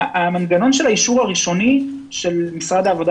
במנגנון של האישור הראשוני של משרד העבודה